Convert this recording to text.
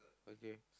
okay